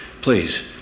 please